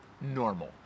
normal